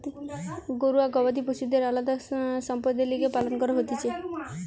ঘরুয়া গবাদি পশুদের আলদা সম্পদের লিগে পালন করা হতিছে